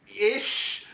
Ish